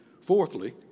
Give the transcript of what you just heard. Fourthly